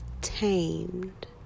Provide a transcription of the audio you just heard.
Tamed